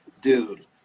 dude